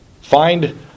Find